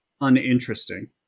uninteresting